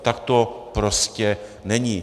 Tak to prostě není.